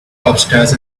upstairs